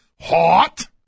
Hot